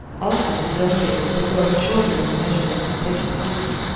also his own visits were growing shorter in a measure as his patients healed.